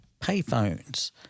payphones